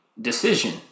decision